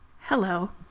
Hello